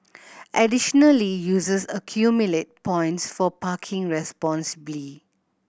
additionally users accumulate points for parking responsibly